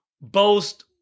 boast